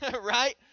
Right